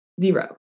zero